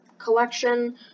collection